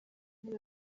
muri